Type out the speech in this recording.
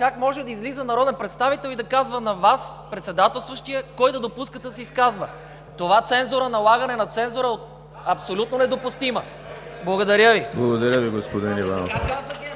Как може да излиза народен представител и да казва на Вас, председателстващия, кой да допускате да се изказва? Това налагане на цензура е абсолютно недопустимо. Благодаря Ви. (Шум и реплики.)